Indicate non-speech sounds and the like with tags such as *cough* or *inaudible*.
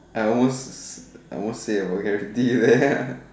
I almost *noise* I almost say a vulgarity there ah *noise*